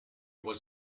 was